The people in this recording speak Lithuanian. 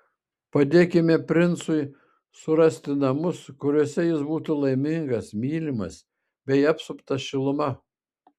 padėkime princui surasti namus kuriuose jis būtų laimingas mylimas bei apsuptas šiluma